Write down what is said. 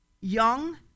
young